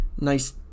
nice